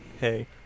hey